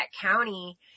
County